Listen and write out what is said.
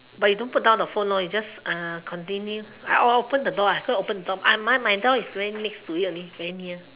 but you don't put down the phone lor you just uh continue or I open the door ah so open the door I my myself is very next to it very near